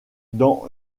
dans